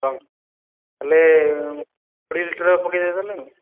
ହଁ ହେଲେ କୋଡ଼ିଏ ଲିଟର ପକାଇଦେଲେ